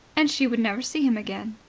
and she would never see him again.